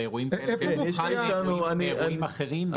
לאירועים אחרים?